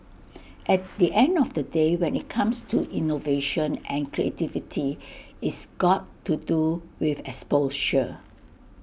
at the end of the day when IT comes to innovation and creativity it's got to do with exposure